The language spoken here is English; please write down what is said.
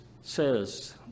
says